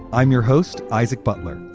i'm your host, isaac butler,